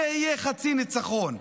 זה יהיה חצי ניצחון.